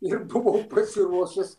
ir buvau pasiruošęs